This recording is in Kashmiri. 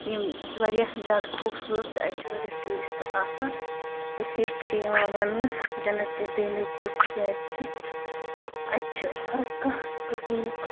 یِم واریاہ زیادٕ خوٗبصوٗرت تہٕ اَتہِ چھِ واریاہ ٹوٗرِشٹ آسان کٔشیٖر چھِ یِوان وَنہٕ جنتِ بے نظیٖر تِکیٛازِ کہِ اتہِ چھِ ہر کانٛہہ قٔسٕمُک